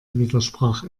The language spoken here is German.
widersprach